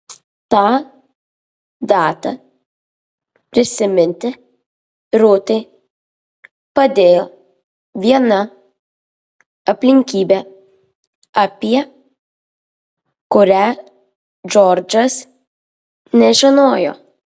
tą datą prisiminti rūtai padėjo viena aplinkybė apie kurią džordžas nežinojo